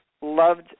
loved